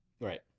Right